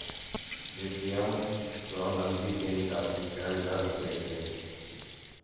ATM सं नकदी के निकासी कैल जा सकै छै